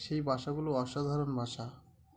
সেই বাসাগুলো অসাধারণ বাসা